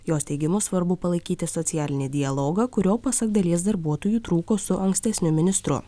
jos teigimu svarbu palaikyti socialinį dialogą kurio pasak dalies darbuotojų trūko su ankstesniu ministru